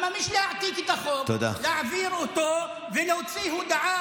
אבל לא להעתיק את החוק ולהעביר אותו ולהוציא הודעה,